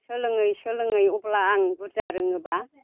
सोलोङै सोलोङै अब्ला आं बुरजा रोङोब्ला